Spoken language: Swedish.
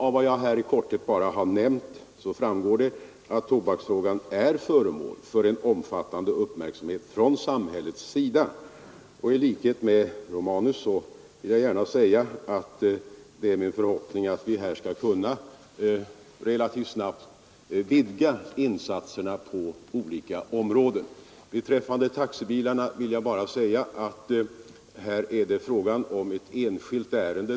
Av vad jag här i korthet har nämnt framgår att tobaksfrågan är föremål för en omfattande uppmärksamhet från samhällets sida. I likhet med herr Romanus hoppas jag att vi relativt snabbt skall kunna vidga insatserna på olika områden. Beträffande taxibilarna vill jag bara nämna att här är det fråga om ett enskilt ärende.